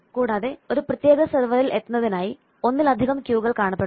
കൂടാതെ ഒരു പ്രത്യേക സെർവറിൽ എത്തുന്നതിനായി ഒന്നിലധികം ക്യൂകൾ കാണപ്പെടുന്നു